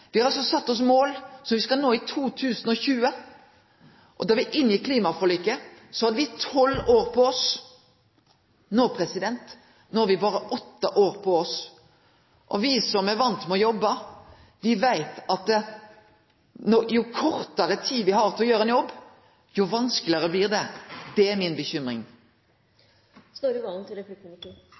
Me har altså sett oss mål som me skal nå i 2020. Da me inngjekk klimaforliket, hadde me tolv år på oss, no har me berre åtte. Me som er vande med å jobbe, veit at jo kortare tid me har til å gjere ein jobb, jo vanskelegare blir det. Det er mi bekymring.